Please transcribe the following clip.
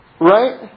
Right